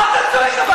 מה אתה צועק,